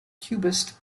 cubist